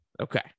Okay